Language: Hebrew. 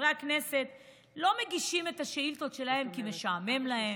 חברי הכנסת לא מגישים את השאילתות שלהם כי משעמם להם,